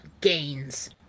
gains